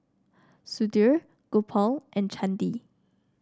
Sudhir Gopal and Chandi